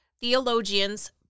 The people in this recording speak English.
Theologians